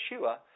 Yeshua